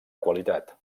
qualitat